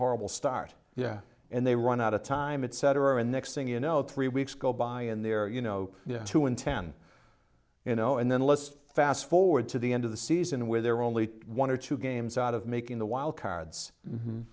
horrible start yeah and they run out of time etc next thing you know three weeks go by and there you know two in ten you know and then let's fast forward to the end of the season where they're only one or two games out of making the wild cards